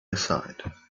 aside